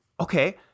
okay